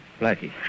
Blackie